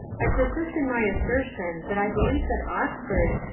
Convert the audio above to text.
i persist in my assertion that i believe that oxford,